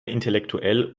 intellektuell